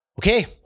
Okay